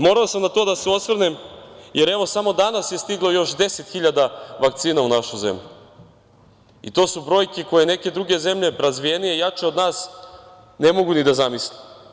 Morao sam na to da se osvrnem, jer samo danas je stiglo 10.000 vakcina u našu zemlju, i to su brojke koje neke druge zemlje, razvijenije, jače od nas, ne mogu da zamisle.